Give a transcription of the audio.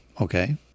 Okay